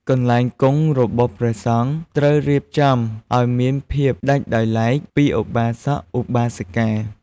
កន្លែងគង់របស់ព្រះសង្ឃ ត្រូវរៀបចំឲ្យមានភាពដាច់ដោយឡែកពីឧបាសក-ឧបាសិកា។